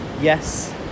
yes